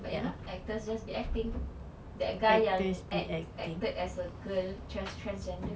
ya actors be acting that guy yang act acted as a girl just transgender